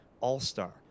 All-star